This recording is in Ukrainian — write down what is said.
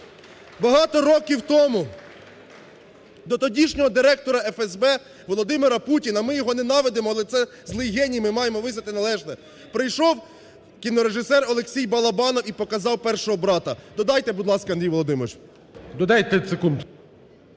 Багато років тому тому до тодішнього директора ФСБ Володимира Путіна, ми його ненавидимо, але це злий геній, ми маємо визнати належне, прийшов кінорежисер Олексій Балабанов і показав першого "Брата". Додайте, будь ласка, Андрій Володимирович. ГОЛОВУЮЧИЙ.